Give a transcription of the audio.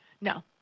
No